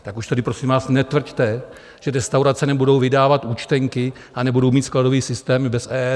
Tak už tady prosím vás netvrďte, že restaurace nebudou vydávat účtenky a nebudou mít skladový systém bez EET.